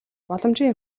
боломжийн